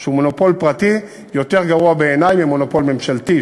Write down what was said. שהוא מונופול פרטי יותר גרוע בעיני ממונופול ממשלתי,